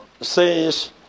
says